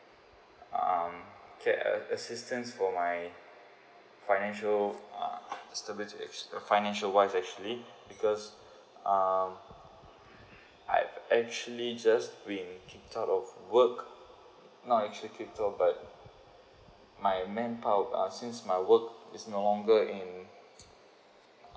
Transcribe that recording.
um get uh assistance for my financial uh stability financial wise actually because um I actually just been kick out of work not actually kick out but my manpower uh since my work is no longer in uh